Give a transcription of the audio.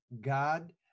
God